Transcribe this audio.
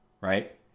right